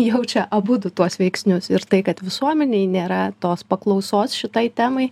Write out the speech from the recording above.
jaučia abudu tuos veiksnius ir tai kad visuomenėj nėra tos paklausos šitai temai